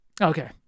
Okay